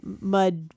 mud